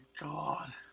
god